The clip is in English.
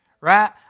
Right